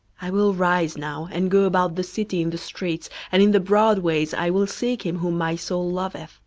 i will rise now, and go about the city in the streets, and in the broad ways i will seek him whom my soul loveth